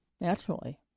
Naturally